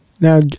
Now